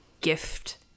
gift